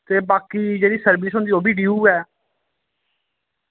ते बाकी जेह्ड़ी सर्विस होंदी ओह्बी डियू ऐ